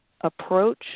approach